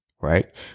Right